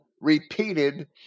repeated